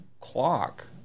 clock